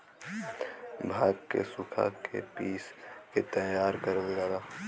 भांग के सुखा के पिस के तैयार करल जाला